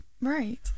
Right